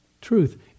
truth